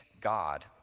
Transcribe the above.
God